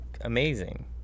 amazing